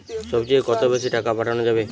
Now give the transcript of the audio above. সব চেয়ে কত বেশি টাকা পাঠানো যাবে?